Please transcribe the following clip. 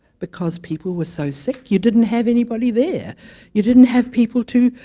because people were so sick you didn't have anybody there you didn't have people to